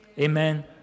Amen